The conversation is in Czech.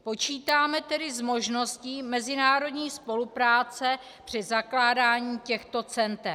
Počítáme tedy s možností mezinárodní spolupráce při zakládání těchto center.